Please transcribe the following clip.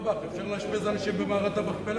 חבר הכנסת אורבך, אפשר לאשפז אנשים במערת המכפלה.